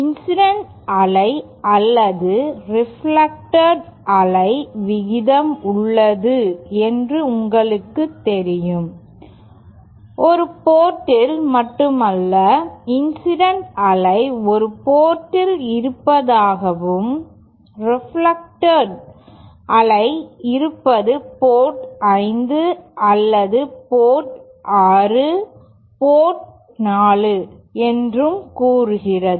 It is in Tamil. இன்சிடென்ட் அலை அல்லது ரெப்லெக்டட் அலையின் விகிதம் உள்ளது என்று உங்களுக்கு தெரியும் ஒரு போர்ட்ல் மட்டுமல்ல இன்சிடென்ட் அலை ஒரு போர்ட்டில் இருப்பதாகவும் ரெப்லெக்டட் அலை இருப்பது போர்ட் 5 அல்லது போர்ட் 6 போர்ட் 4 என்றும் கூறுகிறது